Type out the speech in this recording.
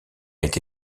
été